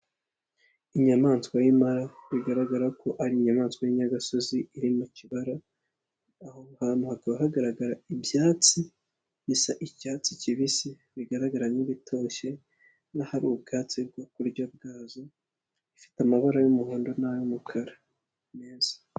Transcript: Inyamaswa y'impara, bigaragara ko ari inyamaswa y'inyagasozi iri mu kibara, aho hantu hakaba hagaragarara ibyatsi, bisa icyatsi kibisi, bigaragara nk'ibitoshye nkaho ari ubwatsi bwo kurya bwazo, ifite amabara y'umuhondo n'ay'umukara meza.